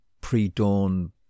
pre-dawn